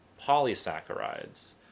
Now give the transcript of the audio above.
polysaccharides